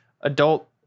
adult